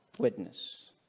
witness